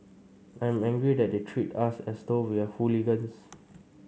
I'm angry that they treat us as though we are hooligans